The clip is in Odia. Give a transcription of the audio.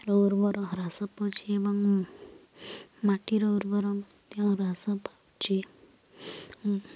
ଉର୍ବର ହ୍ରାସ ପାଉଛିି ଏବଂ ମାଟିର ଉର୍ବର ମଧ୍ୟ ହ୍ରାସ ପାଉଛିି